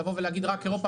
לבוא ולהגיד רק אירופה,